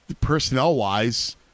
personnel-wise